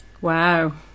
Wow